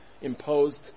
imposed